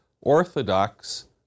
orthodox